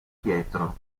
pietro